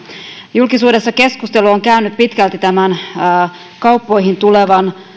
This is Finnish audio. julkisuudessa keskustelu on käynyt pitkälti kauppoihin tulevan